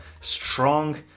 strong